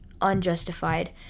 unjustified